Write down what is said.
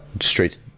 straight